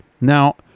Now